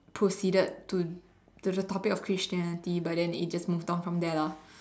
proceeded to to the topic of Christianity but then it just moved on from there lah